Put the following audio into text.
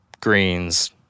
greens